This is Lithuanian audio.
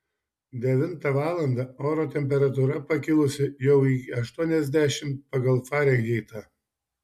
devintą valandą oro temperatūra pakilusi jau iki aštuoniasdešimt pagal farenheitą